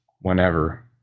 whenever